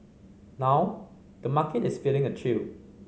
now the market is feeling a chill